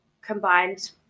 combined